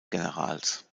generals